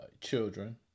children